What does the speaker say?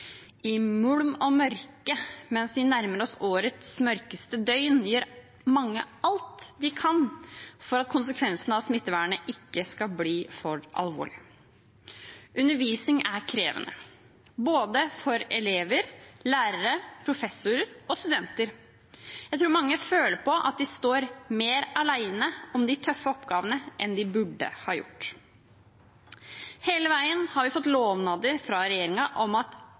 I mulm og mørke, mens vi nærmer oss årets mørkeste døgn, gjør mange alt de kan for at konsekvensene av smittevernet ikke skal bli for alvorlige. Undervisning er krevende for både elever, lærere, professorer og studenter. Jeg tror mange føler på at de står mer alene om de tøffe oppgavene enn de burde ha gjort. Hele veien har vi fått lovnader fra regjeringen om at